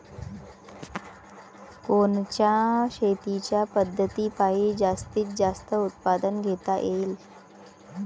कोनच्या शेतीच्या पद्धतीपायी जास्तीत जास्त उत्पादन घेता येईल?